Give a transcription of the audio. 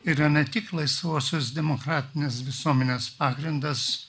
yra ne tik laisvosios demokratinės visuomenės pagrindas